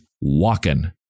walking